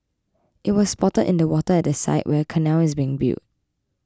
it was spotted in the water at the site where a canal is being built